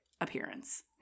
appearance